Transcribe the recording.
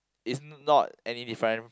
is not any difference